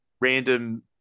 random